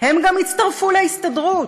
הם גם הצטרפו להסתדרות,